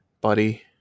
buddy